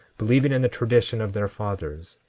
believing in the tradition of their fathers,